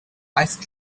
ice